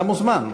אתה מוזמן,